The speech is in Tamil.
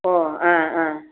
ஓ ஆ ஆ